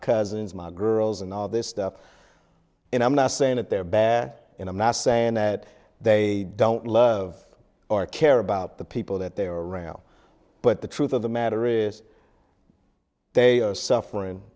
cousins my girls and all this stuff and i'm not saying that they're bad in i'm not saying that they don't love or care about the people that they're around but the truth of the matter is they are suffering